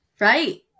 Right